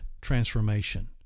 transformation